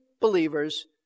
believers